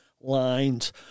lines